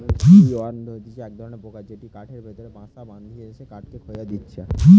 would worm হতিছে এক ধরণের পোকা যেটি কাঠের ভেতরে বাসা বাঁধটিছে কাঠকে খইয়ে দিয়া